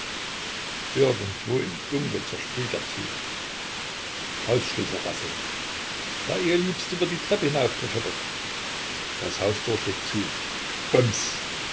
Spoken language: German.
irgendwo im dunkel zersprüht der zug hausschlüssel rasseln der eheliebste wird die treppe hinaufbefördert das haustor schlägt zu bums